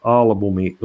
albumi